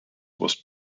was